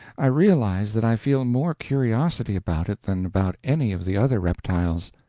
i realize that i feel more curiosity about it than about any of the other reptiles.